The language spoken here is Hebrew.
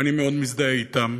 שאני מאוד מזדהה אתם.